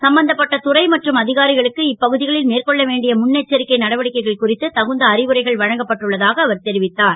சம்பந்தப்பட்ட துறை மற்றும் அ காரிகளுக்கு இப்பகு களில் மேற்கொள்ள வேண்டிய முன் எச்சரிக்கை நடவடிக்கைகள் குறித்து தகுந்த அறிவுரைகள் வழங்கப்பட்டுள்ளதாக அவர் தெரிவித்தார்